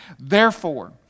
Therefore